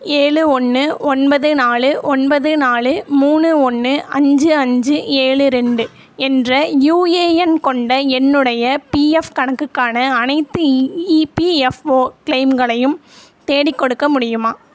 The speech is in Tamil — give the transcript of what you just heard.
ஏழு ஒன்று ஒன்பது நாலு ஒன்பது நாலு மூணு ஒன்று அஞ்சு அஞ்சு ஏழு ரெண்டு என்ற யூஏஎன் கொண்ட என்னுடைய பிஎஃப் கணக்குக்கான அனைத்து இஇபிஎஃப்ஓ கிளெய்ம்களையும் தேடிக்கொடுக்க முடியுமா